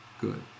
good